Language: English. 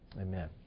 Amen